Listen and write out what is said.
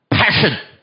Passion